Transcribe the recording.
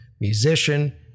musician